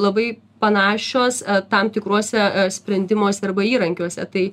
labai panašios tam tikruose sprendimuose arba įrankiuose tai